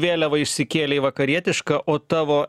vėliavą išsikėlei į vakarietišką o tavo